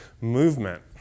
movement